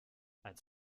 als